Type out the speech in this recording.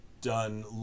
done